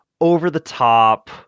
over-the-top